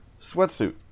sweatsuit